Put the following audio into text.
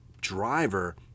driver